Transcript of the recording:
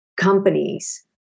companies